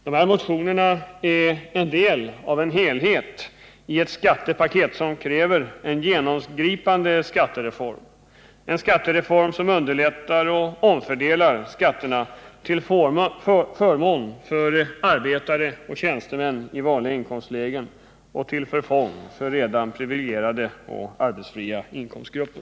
Dessa motioner är en del av ett skattepaket vars genomförande förutsätter en genomgripande skattereform — en skattereform som omfördelar skatterna till förmån för arbetare och tjänstemän i vanliga inkomstlägen och till förfång för redan privilegierade och arbetsfria inkomstgrupper.